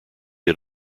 had